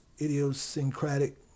idiosyncratic